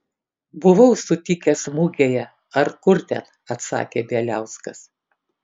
buvau sutikęs mugėje ar kur ten atsakė bieliauskas